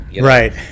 Right